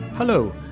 Hello